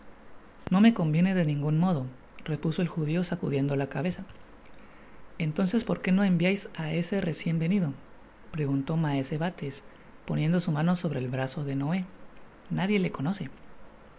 no me conviene de ningún modo repuso el judio sacudiendo la cabeza entonces por qué no enviais á ese recien venido preguntó maese bates poniendo su mano sobre el brazo de noé nadie le conoce